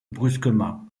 brusquement